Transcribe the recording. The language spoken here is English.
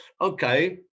okay